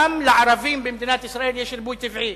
גם לערבים במדינת ישראל יש ריבוי טבעי.